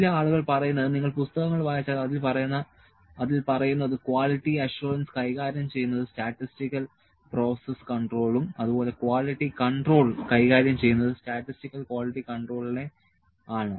ചില ആളുകൾ പറയുന്നത് നിങ്ങൾ പുസ്തകങ്ങൾ വായിച്ചാൽ അതിൽ പറയുന്നത് ക്വാളിറ്റി അഷ്വറൻസ് കൈകാര്യം ചെയ്യുന്നത് സ്റ്റാറ്റിസ്റ്റിക്കൽ പ്രോസസ് കൺട്രോളും അതുപോലെ ക്വാളിറ്റി കൺട്രോൾ കൈകാര്യം ചെയ്യുന്നത് സ്റ്റാറ്റിസ്റ്റിക്കൽ ക്വാളിറ്റി കൺട്രോളിനെ ആണ്